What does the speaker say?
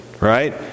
right